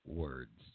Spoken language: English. words